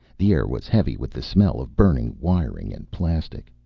the air was heavy with the smell of burning wiring and plastic.